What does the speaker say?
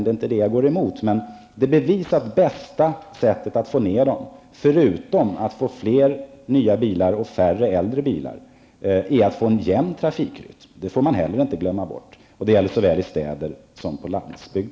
Det är inte detta jag går emot, men det bevisat bästa sättet att få ned dem, förutom att få fler nya bilar och färre äldre bilar, är att få en jämn trafikrytm. Detta får man inte heller glömma bort. Det gäller såväl i städer som på landsbygd.